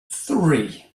three